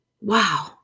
wow